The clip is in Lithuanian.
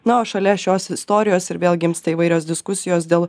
na o šalia šios istorijos ir vėl gimsta įvairios diskusijos dėl